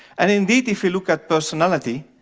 and indeed if you look at personality,